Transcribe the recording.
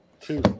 Two